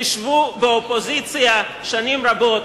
תשבו באופוזיציה שנים רבות,